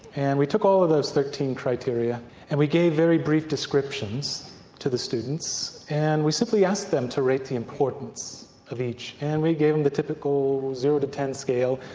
and we took all of those thirteen criteria and we gave very brief descriptions to the students and we simply asked them to rate the importance of each. and we gave them the typical zero to ten scale.